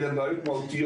אלא הן בעיות מהותיות.